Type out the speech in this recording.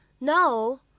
No